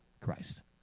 Christ